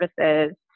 services